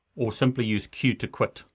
or simply use q to quit,